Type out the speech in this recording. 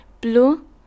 blue